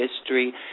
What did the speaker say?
history